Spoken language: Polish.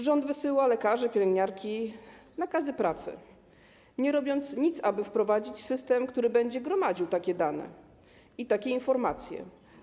Rząd wysyła lekarzom, pielęgniarkom nakazy pracy, nie robiąc nic, aby wprowadzić system, który będzie gromadził takie dane i informacje.